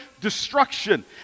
Destruction